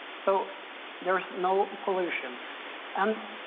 so there's no pollution and